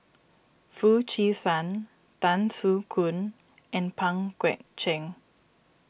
Foo Chee San Tan Soo Khoon and Pang Guek Cheng